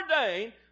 ordained